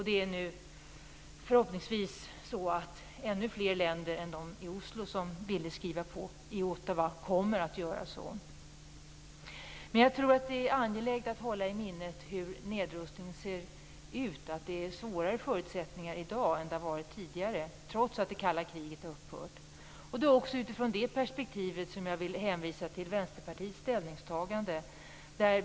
Det är förhoppningsvis ännu fler länder som kommer att skriva på i Ottawa. Det är angeläget att hålla i minnet hur nedrustningen ser ut. Förutsättningarna i dag är mindre än vad de tidigare har varit, trots att det kalla kriget har upphört. Det är också utifrån det perspektivet som jag vill hänvisa till Vänsterpartiets ställningstagande.